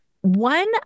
One